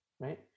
right